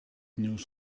nieuws